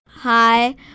Hi